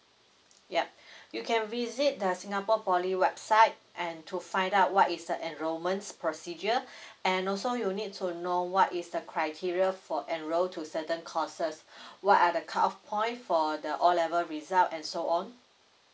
ya you can visit the singapore poly website and to find out what is the enrollments procedure and also you need to know what is the criteria for enroll to certain courses what are the cut off point for the O level result and so on